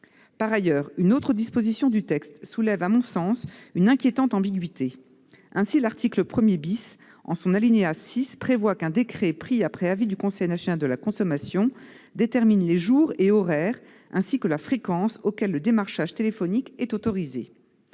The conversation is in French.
Par ailleurs, une autre disposition du texte soulève, à mon sens, une inquiétante ambiguïté. L'article 1, à son alinéa 6, prévoit qu'un décret pris après avis du Conseil national de la consommation détermine les jours et horaires ainsi que la fréquence auxquels le démarchage téléphonique est autorisé.